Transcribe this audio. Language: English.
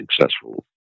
successful